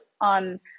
on